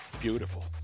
Beautiful